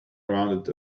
around